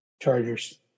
Chargers